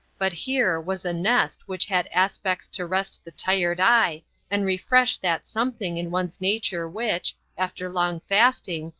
but here was a nest which had aspects to rest the tired eye and refresh that something in one's nature which, after long fasting,